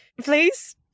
please